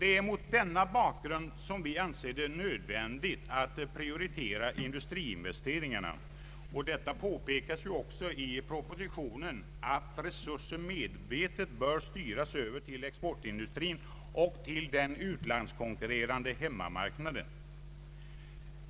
Det är mot denna bakgrund som vi anser det nödvändigt att prioritera industriinvesteringarna. Det påpekas ju också i propositionen att resurser medvetet bör styras över till exportindustrin och till en utlandskonkurrerande hemmamarknadsindustri.